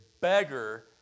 beggar